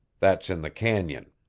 that's in the canyon.